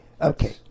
Okay